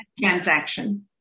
transaction